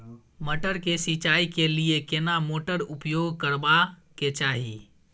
मटर के सिंचाई के लिये केना मोटर उपयोग करबा के चाही?